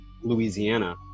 Louisiana